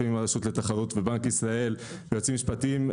הרשות לתחרות ובנק ישראל ויועצים משפטיים,